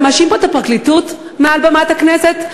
אתה מאשים פה את הפרקליטות מעל במת הכנסת?